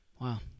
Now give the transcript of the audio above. Wow